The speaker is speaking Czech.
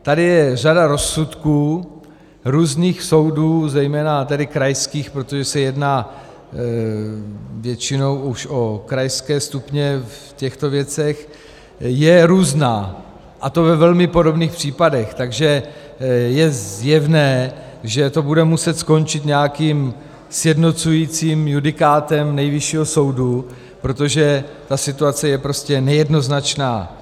Tady je řada rozsudků různých soudů, zejména tedy krajských, protože se jedná většinou už o krajské stupně v těchto věcech, je různá, a to ve velmi podobných případech, takže je zjevné, že to bude muset skončit nějakým sjednocujícím judikátem Nejvyššího soudu, protože ta situace je prostě nejednoznačná.